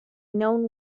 known